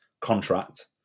contract